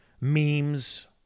memes